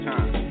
Time